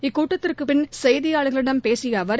இக்கூட்டத்திற்கு பின் செய்தியாளர்களிடம் பேசிய அவர்